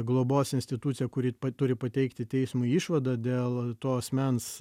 globos institucija kuri turi pateikti teismui išvadą dėl to asmens